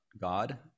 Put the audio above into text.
God